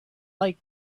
like